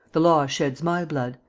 the law sheds my blood.